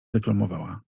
deklamowała